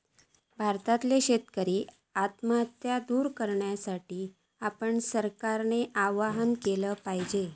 भारतातल्यो शेतकरी आत्महत्या दूर करण्यासाठी आपण सरकारका आवाहन केला पाहिजे